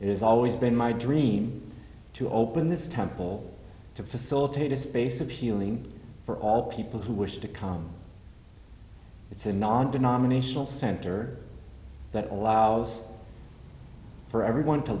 is always been my dream to open this temple to facilitate a space of healing for all people who wish to come it's a non denominational center that allows for everyone to